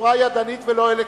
ולא אלקטרונית.